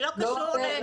אבל זה לא קשור להלאמה.